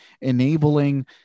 enabling